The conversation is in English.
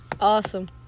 Awesome